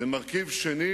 ומרכיב שני